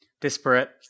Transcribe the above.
disparate